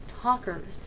Talkers